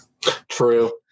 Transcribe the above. true